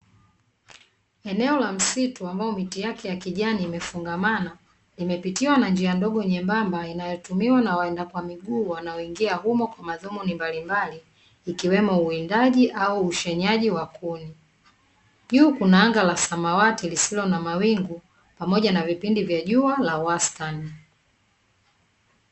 Eneo la msitu ambao miti yake ya kijani, imefungamana, imepitiwa na njia ndogo nyembamba inayotumiwa na waenda kwa miguu wanaoingia humo kwa madhumuni mbali mbali, ikiwemo uwindaji au ushenaji wa kuni. Juu kuna anga la samawati lisilo na mawingu pamoja na vipindi vya jua la wastani.